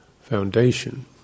foundation